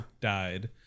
died